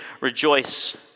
rejoice